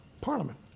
parliament